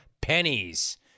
pennies